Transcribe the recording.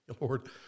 Lord